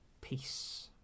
peace